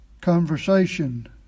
conversation